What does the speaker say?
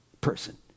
person